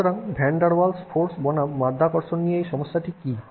সুতরাং van der Waals force বনাম মাধ্যাকর্ষণ নিয়ে এই সমস্যাটি কী